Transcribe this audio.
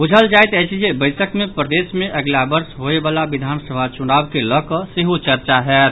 बुझल जायत अछि जे बैसक मे प्रदेश मे अगिला वर्ष होबयवला विधानसभा चुनाव के लऽक सेहो चर्चा होयत